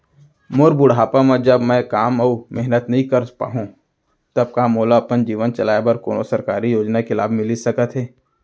मोर बुढ़ापा मा जब मैं काम अऊ मेहनत नई कर पाहू तब का मोला अपन जीवन चलाए बर कोनो सरकारी योजना के लाभ मिलिस सकत हे?